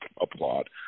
applaud